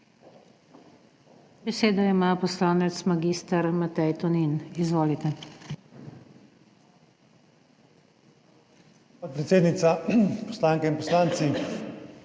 Besedo ima poslanec mag. Matej Tonin. Izvolite.